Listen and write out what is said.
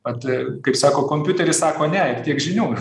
vat kaip sako kompiuteris sako ne ir tiek žinių